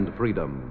freedom